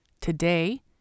Today